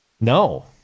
No